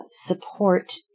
support